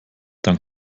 dann